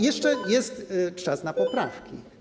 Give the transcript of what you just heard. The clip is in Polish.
Jeszcze jest czas na poprawki.